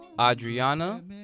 Adriana